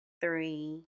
three